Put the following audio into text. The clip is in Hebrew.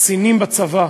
קצינים בצבא,